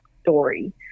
story